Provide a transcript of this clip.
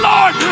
Lord